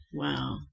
Wow